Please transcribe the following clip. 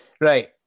Right